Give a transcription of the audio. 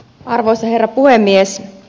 arvoisa herra puhemies